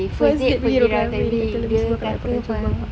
first day pergi dengan family gila ke apa sia